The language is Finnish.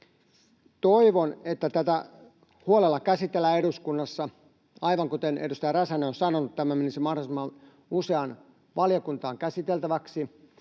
toivon, että tätä huolella käsitellään eduskunnassa ja, aivan kuten edustaja Räsänen on sanonut, tämä menisi mahdollisimman useaan valiokuntaan käsiteltäväksi